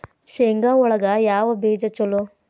ಶೇಂಗಾ ಒಳಗ ಯಾವ ಬೇಜ ಛಲೋ?